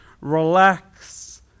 Relax